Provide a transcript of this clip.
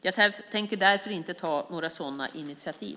Jag tänker därför inte ta några sådana initiativ.